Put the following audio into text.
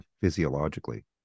physiologically